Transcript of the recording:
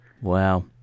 Wow